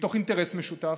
מתוך אינטרס משותף,